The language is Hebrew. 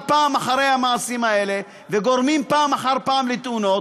פעם על המעשים האלה וגורמים פעם אחר פעם לתאונות.